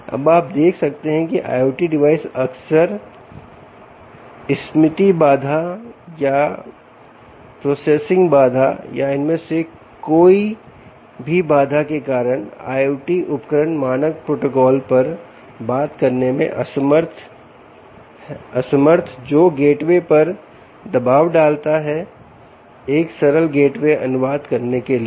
इसलिए अब आप देख सकते हैं कि IoT डिवाइस अक्सर स्मृति बाधा या प्रसंस्करण बाधा या इनमें से कोई कोई भी बाधा के कारण IoT उपकरण मानक प्रोटोकॉल पर बात करने में असमर्थ जो गेटवे पर दबाव डालता है एक सरल गेटवे अनुवाद करने के लिए